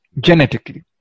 genetically